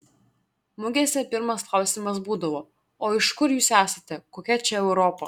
mugėse pirmas klausimas būdavo o iš kur jūs esate kokia čia europa